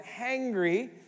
hangry